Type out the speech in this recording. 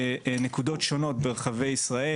בנקודות שונות ברחבי ישראל.